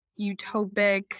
utopic